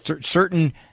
certain